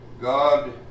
God